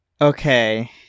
Okay